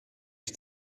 ich